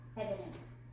evidence